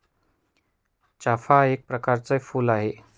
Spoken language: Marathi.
चाफा एक प्रकरच फुल आहे